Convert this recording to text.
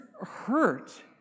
hurt